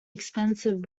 expensive